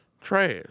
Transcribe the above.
trash